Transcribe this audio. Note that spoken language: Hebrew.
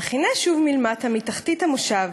אך הנה שוב, מלמטה, מתחתית המושב,